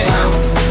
Bounce